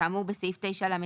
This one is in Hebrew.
כאמור בסעיף 9לט,